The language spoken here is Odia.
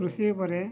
କୃଷି ଉପରେ